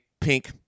pink